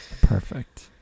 Perfect